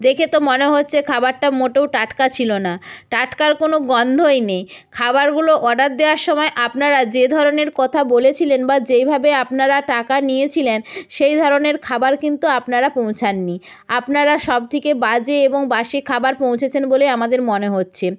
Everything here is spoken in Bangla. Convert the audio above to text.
দেখে তো মনে হচ্ছে খাবারটা মোটেও টাটকা ছিল না টাটকা কোনো গন্ধই নেই খাবারগুলো অর্ডার দেওয়ার সময় আপনারা যে ধরনের কথা বলেছিলেন বা যেইভাবে আপনারা টাকা নিয়েছিলেন সেই ধরনের খাবার কিন্তু আপনারা পৌঁছাননি আপনারা সবথেকে বাজে এবং বাসি খাবার পৌঁছেছেন বলেই আমাদের মনে হচ্ছে